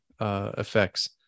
effects